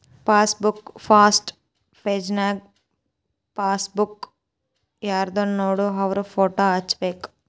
passbook first ಪೆಜನ್ಯಾಗ passbook ಯಾರ್ದನೋಡ ಅವ್ರ ಫೋಟೋ ಹಚ್ಬೇಕ್